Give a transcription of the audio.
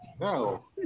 No